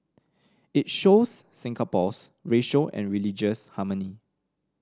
it shows Singapore's racial and religious harmony